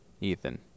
Ethan